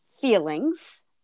feelings